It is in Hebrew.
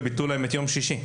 וביטלו להם את יום שישי.